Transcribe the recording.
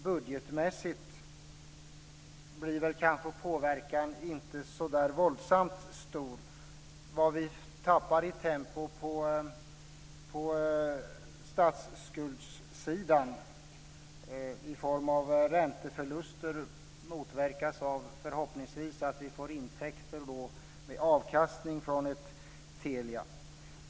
Budgetmässigt blir väl kanske påverkan inte så där våldsamt stor. Vad vi tappar i tempo på statsskuldssidan i form av ränteförluster motverkas förhoppningsvis av att vi får intäkter med avkastning från Telia.